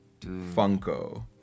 Funko